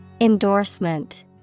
Endorsement